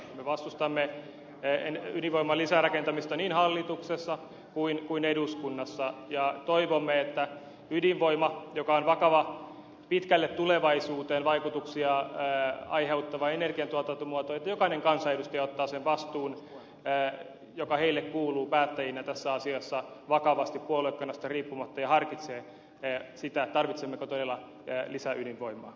me vastustamme ydinvoiman lisärakentamista niin hallituksessa kuin eduskunnassa ja toivomme että ydinvoimasta joka on vakava pitkälle tulevaisuuteen vaikutuksia aiheuttava energiantuotantomuoto ottaa jokainen kansanedustaja sen vastuun joka hänelle päättäjänä kuuluu tässä asiassa vakavasti puoluekannasta riippumatta ja harkitsee tarvitsemmeko todella lisäydinvoimaa